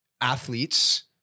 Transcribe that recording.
athletes